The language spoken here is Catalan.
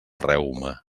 reuma